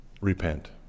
Repent